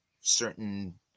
certain